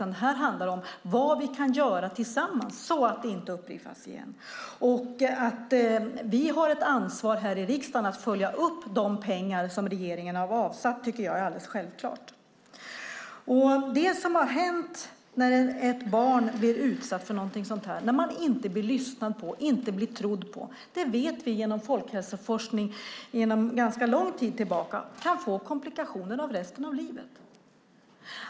Här handlar det om vad vi kan göra tillsammans så att inte den här situationen upprepas. Vi har ett ansvar i riksdagen att följa upp de pengar regeringen har avsatt. Det tycker jag är självklart. När ett barn inte blir lyssnat på och inte trodd på vet vi genom folkhälsoforskning som går långt tillbaka i tiden att barnet kan få komplikationer för resten av livet.